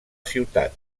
ciutat